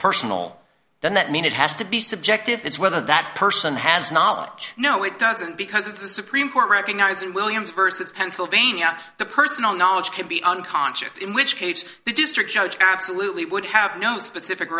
personal then that means it has to be subjective it's whether that person has knowledge no it doesn't because it's the supreme court recognizing williams versus pennsylvania the personal knowledge could be unconscious in which case the district judge absolutely would have no specific